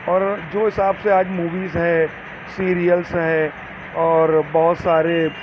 اور جو حساب سے آج موویز ہیں سیریلس ہیں اور بہت سارے